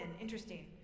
Interesting